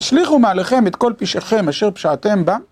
תשליכו מעליכם את כל פשעכם אשר פשעתם בה.